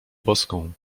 boską